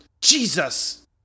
Jesus